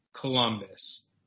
Columbus